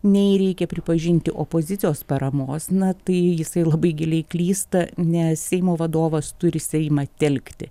nei reikia pripažinti opozicijos paramos na tai jisai labai giliai klysta nes seimo vadovas turi seimą telkti